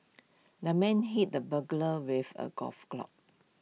the man hit the burglar with A golf club